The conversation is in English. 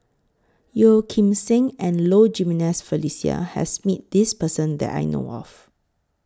Yeo Kim Seng and Low Jimenez Felicia has Met This Person that I know of